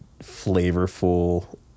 flavorful